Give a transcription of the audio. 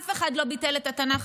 אף אחד לא ביטל את התנ"ך,